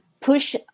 push